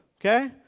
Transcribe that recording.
okay